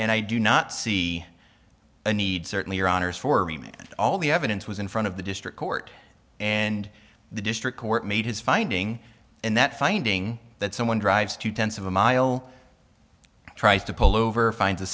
and i do not see a need certainly your honour's for reaming all the evidence was in front of the district court and the district court made his finding in that finding that someone drives two tenths of a mile tries to pull over finds a